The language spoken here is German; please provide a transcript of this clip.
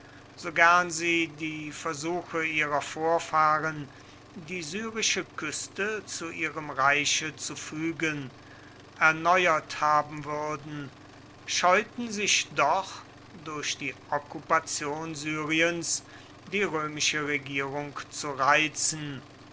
so gern sie die versuche ihrer vorfahren die syrische küste zu ihrem reiche zu fügen erneuert haben würden scheuten sich doch durch die okkupation syriens die römische regierung zu reizen